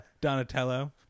Donatello